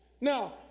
Now